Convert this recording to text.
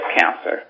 cancer